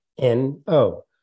NO